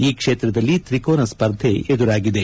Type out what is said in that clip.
ಈ ಕ್ಷೇತ್ರದಲ್ಲಿ ತ್ರಿಕೋನ ಸ್ವರ್ಧೆ ಎದುರಾಗಿದೆ